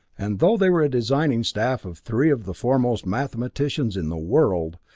and though they were a designing staff of three of the foremost mathematicians in the world,